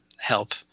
help